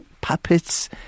puppets